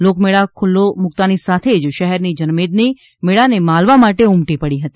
લોકમેળાને ખુલ્લો મૂકતાંની સાથે જ શહેરની જનમેદની મેળાને માહલવા માટે ઉમટી પડી હતી